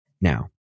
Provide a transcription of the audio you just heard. Now